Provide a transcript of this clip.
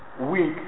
week